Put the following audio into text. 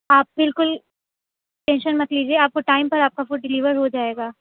آپ بالکل ٹینشن مت لیجیے آپ کو ٹائم پر آپ کا فوڈ ڈلیور ہو جائے گا